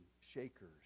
shakers